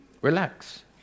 Relax